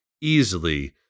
easily